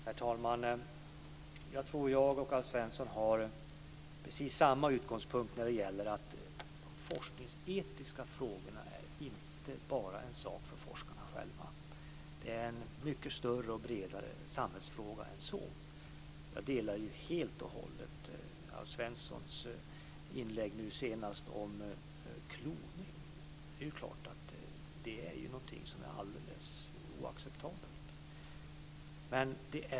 Herr talman! Jag tror att jag och Alf Svensson har precis samma utgångspunkt när det gäller att de forskningsetiska frågorna inte bara är en sak för forskarna själva. Det är en mycket större och bredare samhällsfråga än så. Jag delar helt och hållet Alf Svenssons inlägg senast om kloning. Det är klart att det är någonting som är alldeles oacceptabelt.